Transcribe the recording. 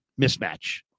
mismatch